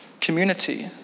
Community